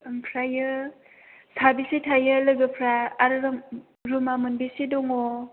ओमफ्राय साबेसे थायो लोगोफ्रा आरो रुम रुमा मोनबेसे दङ